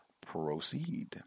proceed